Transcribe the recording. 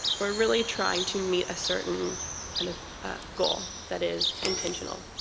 we're really trying to meet a certain kind of ah goal that is intentional